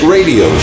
Radio